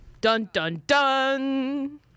Dun-dun-dun